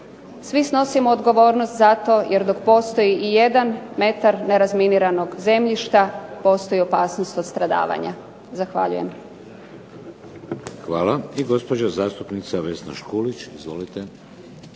Svi snosimo odgovornost za to, jer dok postoji ijedan metar nerazminiranog zemljišta postoji opasnost od stradavanja. Zahvaljujem.